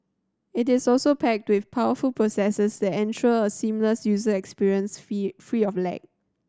it is also packed with powerful processors that ensure a seamless user experience free of lag